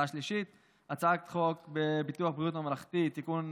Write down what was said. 3. הצעת חוק ביטוח בריאות ממלכתי (תיקון,